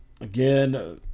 Again